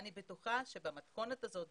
אני בטוחה שבמתכונת הזאת,